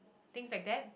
things like that